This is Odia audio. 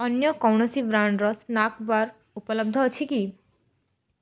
ଅନ୍ୟ କୌଣସି ବ୍ରାଣ୍ଡ୍ର ସ୍ନାକ୍ ବାର୍ ଉପଲବ୍ଧ ଅଛି କି